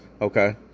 okay